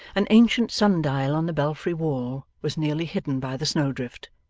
an ancient sun-dial on the belfry wall was nearly hidden by the snow-drift,